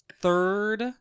third